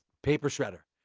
paper shredder,